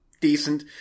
decent